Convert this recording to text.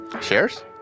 Shares